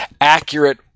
accurate